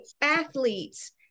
athletes